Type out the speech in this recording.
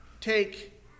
take